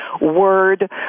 word